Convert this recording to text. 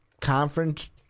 conference